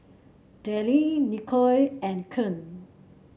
Delle Nicolle and Koen